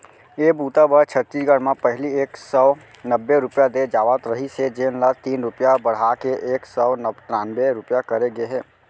ए बूता बर छत्तीसगढ़ म पहिली एक सव नब्बे रूपिया दे जावत रहिस हे जेन ल तीन रूपिया बड़हा के एक सव त्रान्बे रूपिया करे गे हे